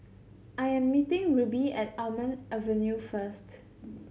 I am meeting Rubye at Almond Avenue first